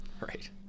Right